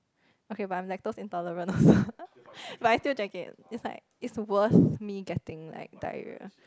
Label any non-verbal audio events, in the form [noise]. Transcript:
okay but I am lactose intolerant also [laughs] but I still drink it its like its worth me like getting diarrhoea